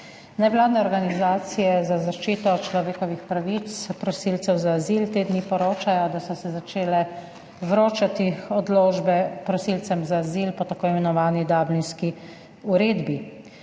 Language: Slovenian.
Nevladne organizacije za zaščito človekovih pravic, prosilcev za azil te dni poročajo, da so se začele vročati odločbe prosilcem za azil po tako imenovani Dublinski uredbi.